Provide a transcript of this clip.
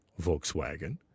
Volkswagen